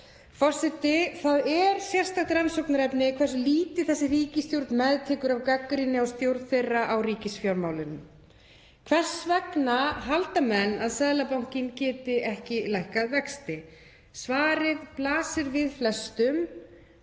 Forseti. Það er sérstakt rannsóknarefni hversu lítið þessi ríkisstjórn meðtekur af gagnrýni á stjórn þeirra á ríkisfjármálum. Hvers vegna halda menn að Seðlabankinn geti ekki lækkað vexti? Svarið blasir við flestum.